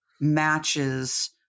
matches